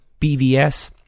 BVS